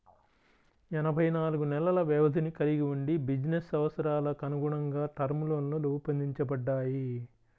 ఎనభై నాలుగు నెలల వ్యవధిని కలిగి వుండి బిజినెస్ అవసరాలకనుగుణంగా టర్మ్ లోన్లు రూపొందించబడ్డాయి